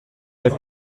est